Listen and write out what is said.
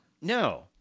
No